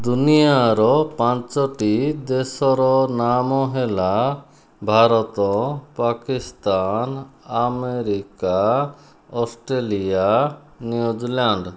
ଦୁନିଆର ପାଞ୍ଚଟି ଦେଶର ନାମ ହେଲା Bharat Pakistan America Australia New Zealand